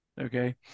okay